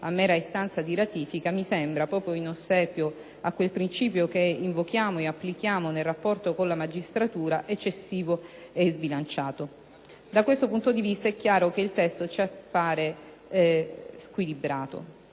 a mera istanza di ratifica, mi sembra, proprio in ossequio a quel principio che invochiamo ed applichiamo nel rapporto con la magistratura, eccessivo e sbilanciato. Da questo punto di vista, è chiaro che il testo ci appare squilibrato.